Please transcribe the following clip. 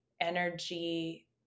energy